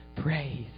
praise